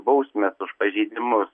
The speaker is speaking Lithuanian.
bausmės už pažeidimus